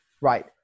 right